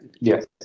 Yes